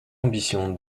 ambition